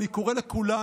אני קורא לכולנו,